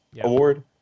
award